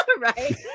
Right